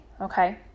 Okay